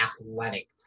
athletic